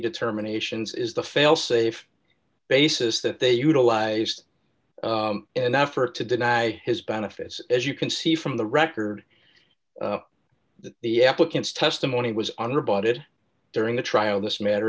determinations is the failsafe basis that they utilized in an effort to deny his benefits as you can see from the record that the applicant's testimony was on or about it during the trial this matter